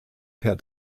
per